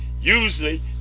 usually